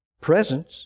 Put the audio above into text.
presence